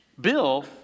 Bill